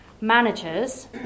managers